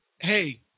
Hey